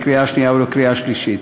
לקריאה השנייה ולקריאה השלישית.